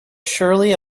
surely